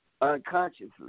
unconsciously